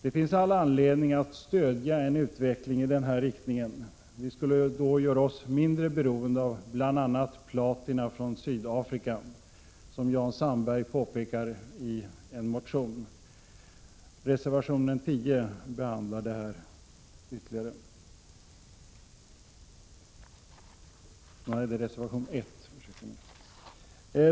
Det finns all anledning att stödja en utveckling i denna riktning. Vi skulle då göra oss mindre beroende av bl.a. platina från Sydafrika, vilket Jan Sandberg påpekar i sin motion. Reservation 1 behandlar detta ytterligare.